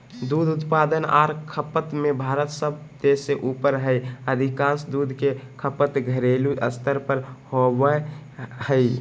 दूध उत्पादन आर खपत में भारत सब देश से ऊपर हई अधिकांश दूध के खपत घरेलू स्तर पर होवई हई